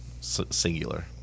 Singular